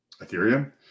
Ethereum